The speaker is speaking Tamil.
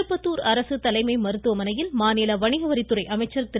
திருப்பத்தூர் அரசு தலைமை மருத்துவமனையில் மாநில வணிகவரித்துறை அமைச்சர் திரு